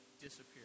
disappear